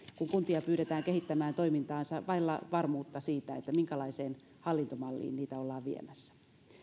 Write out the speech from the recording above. kun kuntia pyydetään kehittämään toimintaansa vailla varmuutta siitä minkälaiseen hallintomalliin niitä ollaan viemässä